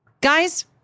Guys